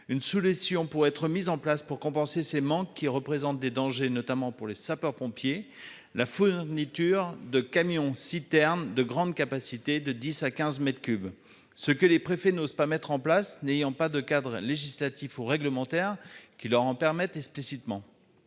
Une solution pourrait être mise en place pour compenser ses manques qui représentent des dangers notamment pour les sapeurs-pompiers, la fourniture de camions citernes de grande capacité de 10 à 15 m3 ce que les préfets n'osent pas mettre en place, n'ayant pas de cadre législatif ou réglementaire qui leur permet explicitement.